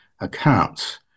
accounts